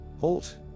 HALT